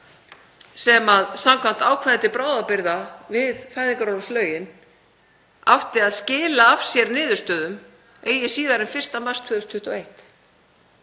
sem samkvæmt ákvæði til bráðabirgða við fæðingarorlofslögin átti að skila af sér niðurstöðum eigi síðar en 1. mars 2021.